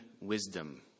wisdom